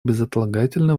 безотлагательно